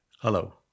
Hello